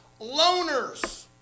Loners